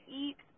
eat